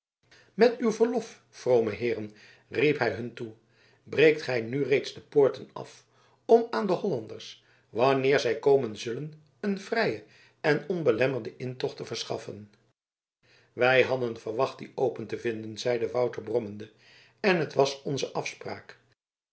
met uw verlof vrome heeren riep hij hun toe breekt gij nu reeds de poorten af om aan de hollanders wanneer zij komen zullen een vrijen en onbelemmerden intocht te verschaffen wij hadden verwacht die open te vinden zeide wouter brommende en het was onze afspraak